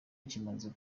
kimaze